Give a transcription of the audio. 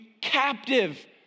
captive